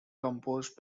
composed